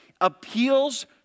appeals